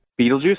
Beetlejuice